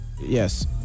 yes